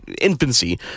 infancy